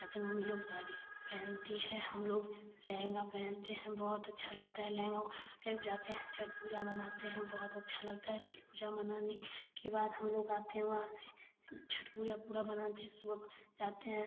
जाते मम्मी लोग साड़ी पहनती है हम लोग लंहगा पहनते हैं बहुत अच्छा लगता है लंहगा फिर जाते हैं छठ पूजा मनाते हैं बहुत अच्छा लगता है छठ पूजा मनाने के बाद हम लोग आते हैं वहाँ से छठ पूजा पूरा मनाते हैं सुबह जाते हैं